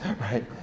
right